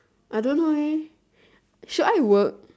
I don't know eh should I work